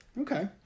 okay